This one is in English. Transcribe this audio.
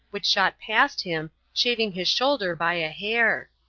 which shot past him, shaving his shoulder by a hair.